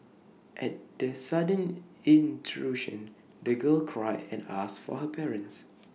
at the sudden intrusion the girl cried and asked for her parents